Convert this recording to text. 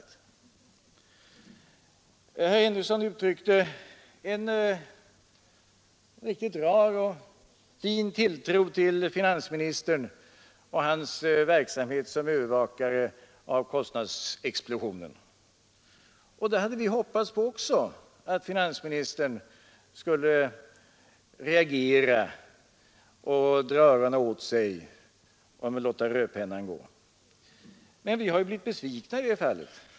Herr Henrikson gav uttryck åt en rar och fin tilltro till finansministern och hans verksamhet som övervakare av kostnadsexplosionen. Vi hade också hoppats att finansministern skulle dra öronen åt sig och låta rödpennan gå. Men vi har blivit besvikna i detta fall.